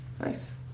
Nice